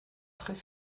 très